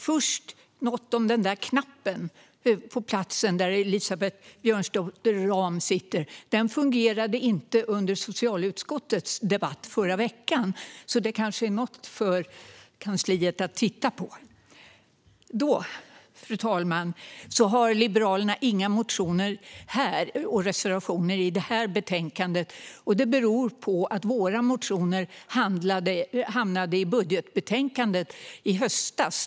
Fru talman! Liberalerna har inga motioner eller reservationer i det här betänkandet. Det beror på att våra motioner hamnade i budgetbetänkandet i höstas.